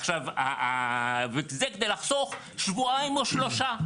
עכשיו, זה כדי לחסוך שבועיים או שלושה.